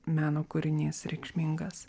meno kūrinys reikšmingas